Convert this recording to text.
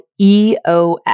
EOS